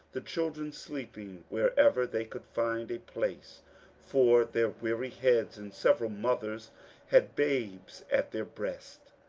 the children sleep ing wherever they could find a place for their weary headis, and several mothers had babes at their breasts.